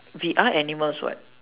we are animals what